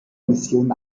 missionen